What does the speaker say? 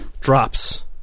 drops